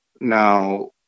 Now